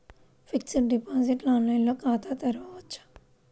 Fixed deposit online ఖాతా తెరువవచ్చా?